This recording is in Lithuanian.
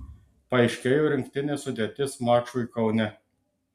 paaiškėjo rinktinės sudėtis mačui kaune